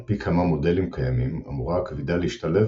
על פי כמה מודלים קיימים אמורה הכבידה להשתלב